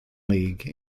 league